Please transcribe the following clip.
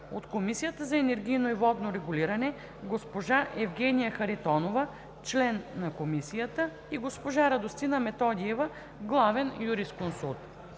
от Комисията за енергийно и водно регулиране: госпожа Евгения Харитонова – член на Комисията, и госпожа Радостина Методиева – главен юрисконсулт.